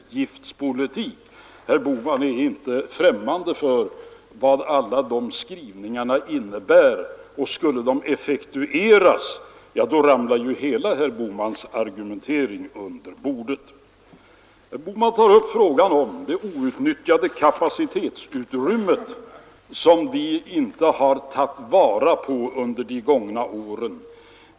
Herr Bohman är inte främmande för vad alla de skrivningarna innebär, och skulle de effektueras ramlar hela herr Bohmans argumentering under bordet. Herr Bohman tar upp frågan om det onyttjade kapacitetsutrymme som vi inte har tagit till vara under de gångna åren.